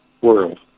world